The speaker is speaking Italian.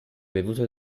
bevuto